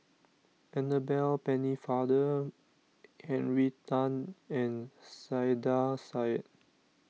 Annabel Pennefather Henry Tan and Saiedah Said